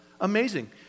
Amazing